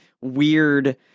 weird